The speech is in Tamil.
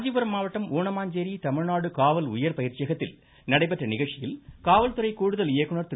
காஞ்சிபுரம் மாவட்டம் ஊனமாஞ்சேரி தமிழ்நாடு காவல் உயர் பயிற்சியகத்தில் நடைபெற்ற நிகழ்ச்சியில் காவல்துறை கூடுதல் இயக்குநர் திரு